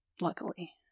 luckily